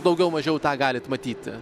daugiau mažiau tą galit matyti